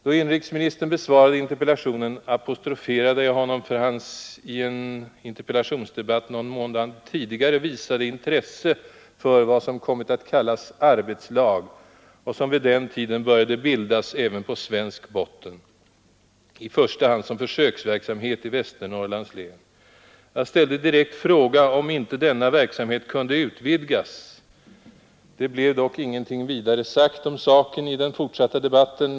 Då inrikesmin tern besvarade interpellationen, apostroferade jag honom för hans i en interpellationsdebatt någon månad tidigare visade intresse för vad som kommit att kallas arbetslag och som vid den tiden började bildas även på svensk botten, först som försöksverksamhet i Västernorrlands län. Jag ställde direkt fråga om inte denna verksamhet kunde utvidgas. Det blev dock ingenting vidare sagt om saken i den fortsatta debatten.